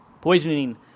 poisoning